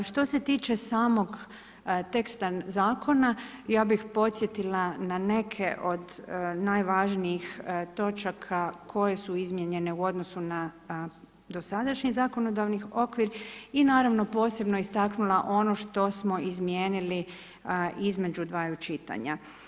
Što se tiče samog teksta zakona, ja bih podsjetila na neke od najvažnijih točaka, koje su izmijenjene u odnosu na dosadašnji zakonodavni okvir, i naravno, posebno istaknula ono što smo izmijenili između dva čitanja.